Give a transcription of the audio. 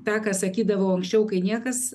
tą ką sakydavo anksčiau kai niekas